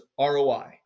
ROI